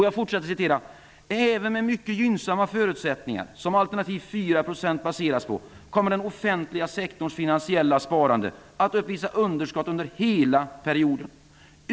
Jag fortsätter att citera: ''Även med de mycket gynnsamma förutsättningar som alternativ 4 % baseras på kommer den offentliga sektorns finansiella sparande att uppvisa underskott under hela LK-perioden.